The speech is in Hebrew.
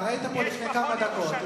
הרי היית פה לפני כמה דקות,